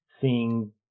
seeing